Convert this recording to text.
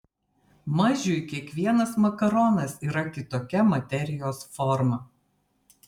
mažiui kiekvienas makaronas yra kitokia materijos forma